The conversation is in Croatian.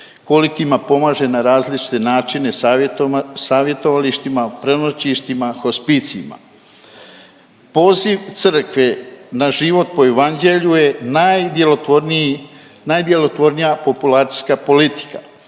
kolikima pomaže na različite načine savjetovalištima, prenoćištima, hospicijima. Poziv crkve na život po Evanđelju je najdjelotvorniji, najdjelotvornija populacijska politika.